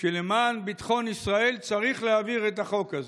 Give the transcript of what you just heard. שלמען ביטחון ישראל צריך להעביר את החוק הזה.